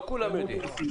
לא כולם יודעים.